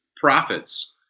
profits